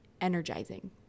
energizing